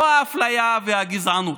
לא האפליה והגזענות,